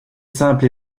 simple